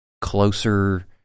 closer